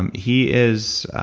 um he is